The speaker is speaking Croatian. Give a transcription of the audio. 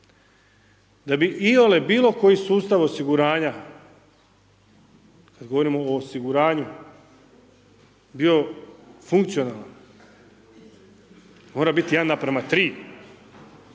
da bi iole bilo koji sustav osiguranja, kad govorimo o osiguranju, bio funkcionalan mora biti 1:3. Zato mi